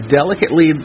delicately